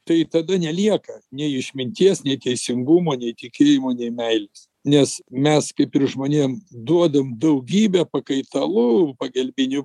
tai tada nelieka nei išminties nei teisingumo nei tikėjimo nei meilės nes mes kaip ir žmonėm duodam daugybę pakaitalų pagalbinių